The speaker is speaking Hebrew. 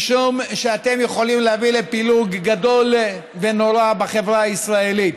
משום שאתם יכולים להביא לפילוג גדול ונורא בחברה הישראלית.